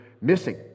missing